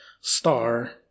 star